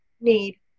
need